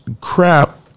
crap